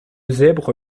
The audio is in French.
zèbre